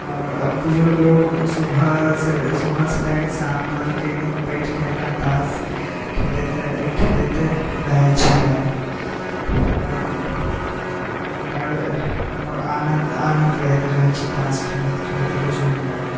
आओर बुजुर्ग लोक सुबह से लऽ कए शाम तक एने बैठिके ने ताश खेलैते रहैत छलै आओर एने बड़ आनन्द लैत रहैत छै ताश खेलैत खेलैत बुजुर्गलोक